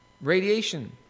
radiation